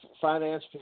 finance